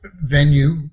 venue